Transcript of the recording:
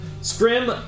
scrim